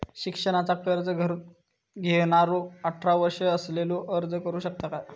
शिक्षणाचा कर्ज घेणारो अठरा वर्ष असलेलो अर्ज करू शकता काय?